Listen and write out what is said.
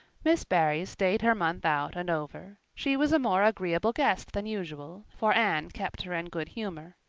miss barry stayed her month out and over. she was a more agreeable guest than usual, for anne kept her in good humor.